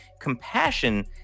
compassion